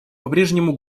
попрежнему